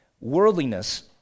Worldliness